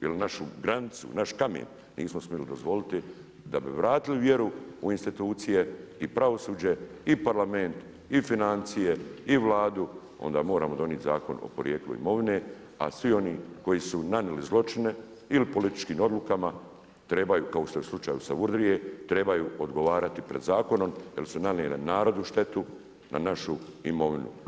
našu granicu, naš kamen, nismo smjeli dozvoliti, da bi vratili vjeru u institucije i pravosuđe i Parlament i financije i Vladu onda moramo donijeti Zakon o podrijetlu imovinu, a svi oni koji su nanijeli zločine, ili političkim odlukama, trebaju, kao što je u slučaju Salvurdije, trebaju odgovarati pred zakonom jer su nanijele narodu štetu, na našu imovinu.